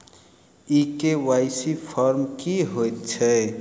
ई KYC form की हएत छै?